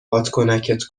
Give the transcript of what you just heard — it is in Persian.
بادکنکت